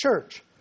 church